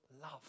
love